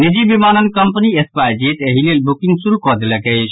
निजी विमानन कम्पनी स्पाईस जेट एहि लेल बुकिंग शुरू कऽ देलक अछि